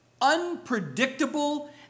unpredictable